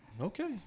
Okay